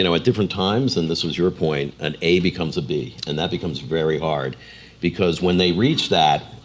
and at different times, and this was your point, and a becomes a b and that becomes very hard because when they reach that,